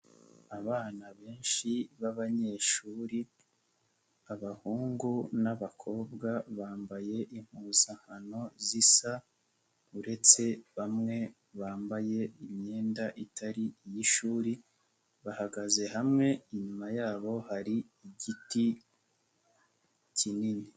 Abana benshi b'abanyeshuri, abahungu nabakobwa bambaye impuzankano zisa, uretse bamwe bambaye imyenda itari iy'ishuri, bahagaze hamwe, inyuma yabo hari igiti kinini.